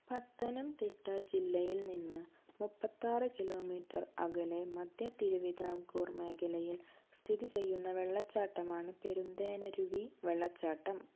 പത്തനംതിട്ട ജില്ലയിൽ നിന്ന് മുപ്പത്താറ് കിലോമീറ്റർ അകലെ മധ്യ തിരുവിതാംകൂർ മേഖലയിൽ സ്ഥിതി ചെയ്യുന്ന വെള്ളച്ചാട്ടമാണ് പെരുന്തേനരുവി വെള്ളച്ചാട്ടം